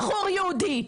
בחור יהודי,